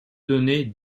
donnaient